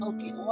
Okay